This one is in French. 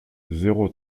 zéro